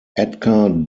edgar